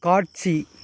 காட்சி